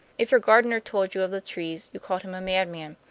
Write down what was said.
if your gardener told you of the trees you called him a madman,